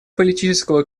политического